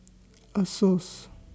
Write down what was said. Asos